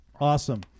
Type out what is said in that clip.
awesome